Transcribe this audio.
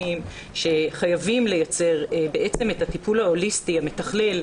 שחייבים לייצר את הטיפול ההוליסטי המתכלל,